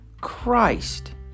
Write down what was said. Christ